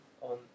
on